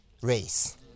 race